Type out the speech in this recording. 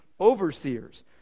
overseers